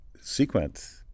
sequence